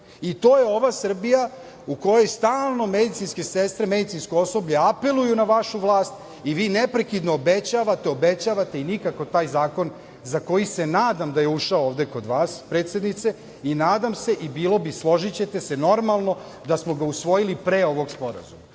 je ova Srbija u kojoj stalno medicinske sestre, medicinsko osoblje apeluju na vašu vlast i vi neprekidnog obećavate, obećavate i nikako taj zakon za koji se nadam da je ušao ovde kod vas predsednice, i nadam se i bilo bi, složićete se, normalno da smo ga usvojili pre ovog sporazuma.